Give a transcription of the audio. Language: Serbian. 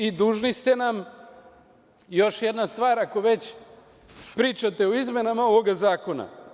I, dužni ste nam i još jedna stvar, ako već pričate o izmenama ovog zakona.